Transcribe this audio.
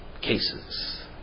cases